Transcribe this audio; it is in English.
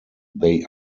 they